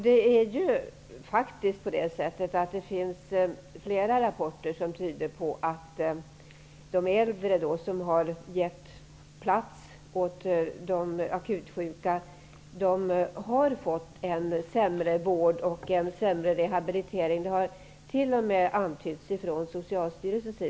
Det finns faktiskt flera rapporter som tyder på att de äldre som har gett plats åt de akutsjuka har fått en sämre vård och sämre rehabilitering. Det har t.o.m. antytts från Socialstyrelsen.